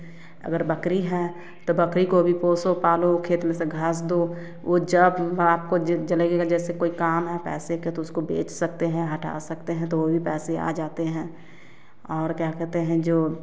अगर बकरी है तो बकरी को भी पोसो पालो खेत में से घास दो वह जब आपको जलेगी ना जैसे कोई काम है पैसे का तो उसको बेच सकते हैं हटा सकते हैं तो वह भी पैसे आ जाते हैं और क्या कहते हैं जो